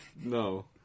No